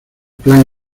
plan